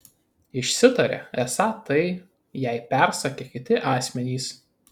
išsitarė esą tai jai persakę kiti asmenys